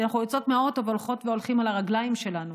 אנחנו יוצאות מהאוטו והולכות והולכים על הרגליים שלנו.